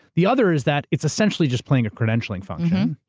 the other is that, it's essentially just playing a credentialing function,